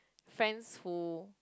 friends who